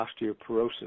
osteoporosis